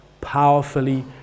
powerfully